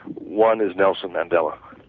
one is nelson mandela.